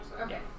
Okay